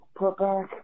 putback